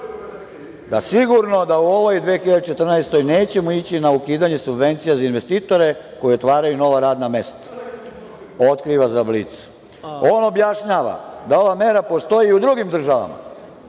„da sigurno da u ovoj 2014. godini nećemo ići na ukidanje subvencija za investitore koji otvaraju nova radna mesta“, otkriva za „Blic“. On objašnjava da ova mera postoji i u drugim državama